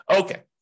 Okay